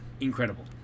incredible